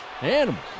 animal